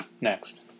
next